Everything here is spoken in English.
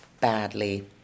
badly